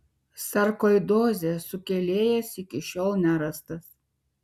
sarkoidozės sukėlėjas iki šiol nerastas